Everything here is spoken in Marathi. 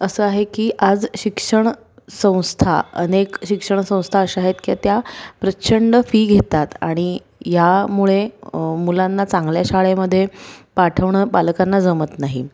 असं आहे की आज शिक्षण संस्था अनेक शिक्षण संस्था अशा आहेत की त्या प्रचंड फी घेतात आणि यामुळे मुलांना चांगल्या शाळेमध्ये पाठवणं पालकांना जमत नाही